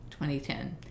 2010